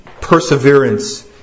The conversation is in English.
perseverance